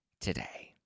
today